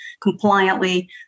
compliantly